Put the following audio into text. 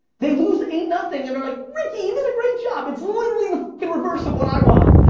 they lose eight-nothing, and they're like ricky, you did a great job! it's literally the fuckin' reverse of what i want!